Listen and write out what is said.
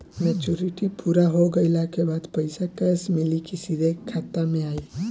Maturity पूरा हो गइला के बाद पईसा कैश मिली की सीधे खाता में आई?